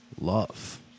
love